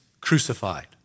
crucified